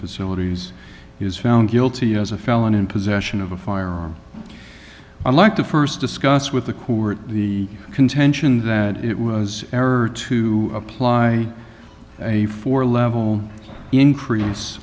facilities he was found guilty as a felon in possession of a firearm i'd like to first discuss with the court the contention that it was error to apply a four level increase